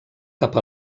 cap